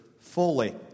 fully